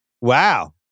Wow